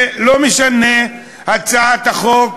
ולא משנה הצעת החוק,